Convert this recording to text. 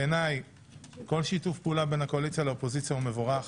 בעיני כל שיתוף פעולה בין הקואליציה לאופוזיציה הוא מבורך.